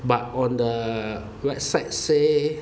but on the website say